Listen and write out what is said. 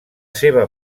seva